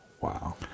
Wow